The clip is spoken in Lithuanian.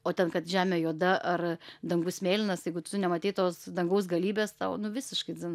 o ten kad žemė juoda ar dangus mėlynas jeigu tu nematei tos dangaus galybės tau nu visiškai dzin